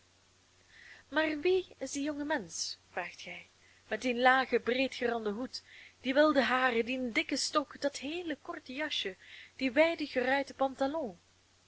maar wie is die jonge mensch vraagt gij met dien lagen breedgeranden hoed die wilde haren dien dikken stok dat heele korte jasje dien wijden geruiten pantalon